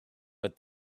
but